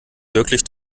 wirklich